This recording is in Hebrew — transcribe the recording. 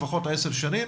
לפחות עשר שנים,